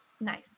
nice